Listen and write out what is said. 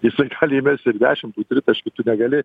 jisai gali įmesti ir dešim tų tritaškių tu negali